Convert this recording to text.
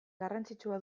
garrantzitsua